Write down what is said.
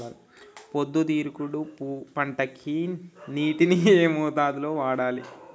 పొద్దుతిరుగుడు పంటకి నీటిని ఏ మోతాదు లో వాడాలి?